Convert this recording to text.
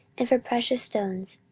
and for precious stones,